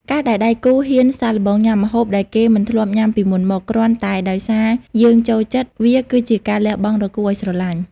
ការដែលដៃគូហ៊ានសាកល្បងញ៉ាំម្ហូបដែលគេមិនធ្លាប់ញ៉ាំពីមុនមក គ្រាន់តែដោយសារយើងចូលចិត្ត វាគឺជាការលះបង់ដ៏គួរឱ្យស្រឡាញ់។